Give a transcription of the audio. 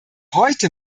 heute